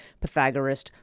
Pythagoras